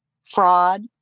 fraud